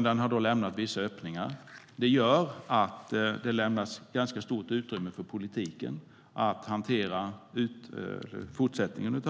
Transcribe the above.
Nu har man lämnat vissa öppningar, vilket ger politiken ganska stort utrymme att hantera fortsättningen.